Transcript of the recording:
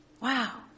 Wow